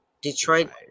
Detroit